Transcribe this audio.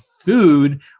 food